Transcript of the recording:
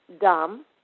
dumb